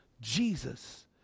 Jesus